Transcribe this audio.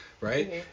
right